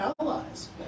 allies